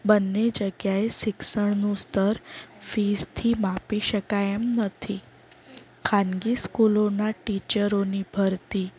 બંને જગ્યાએ શિક્ષણનું સ્તર ફીસથી માપી શકાય એમ નથી ખાનગી સ્કૂલોના ટીચરોની ભરતી